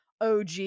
OG